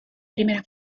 primera